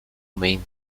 main